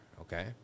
okay